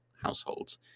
households